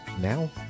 now